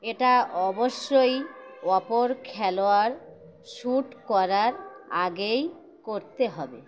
এটা অবশ্যই অপর খেলোয়াড় শ্যুট করার আগেই করতে হবে